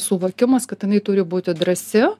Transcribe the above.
suvokimas kad jinai turi būti drąsi